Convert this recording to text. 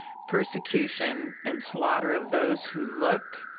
persecution, and slaughter of those who look,